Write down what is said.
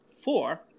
four